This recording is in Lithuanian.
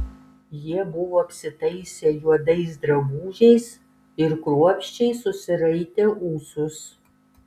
jie buvo apsitaisę juodais drabužiais ir kruopščiai susiraitę ūsus